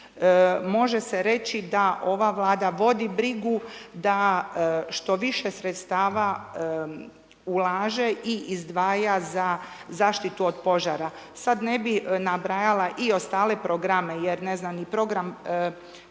može se reći da ova Vlada vodi brigu da što više sredstava ulaže i izdvaja za zaštitu od požara. Sad ne bi nabrajala i ostale programe jer ne znam ni program